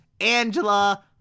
Angela